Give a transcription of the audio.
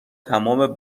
تمام